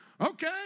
Okay